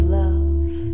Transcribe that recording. love